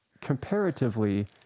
comparatively